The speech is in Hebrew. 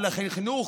אבל החינוך